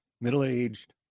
middle-aged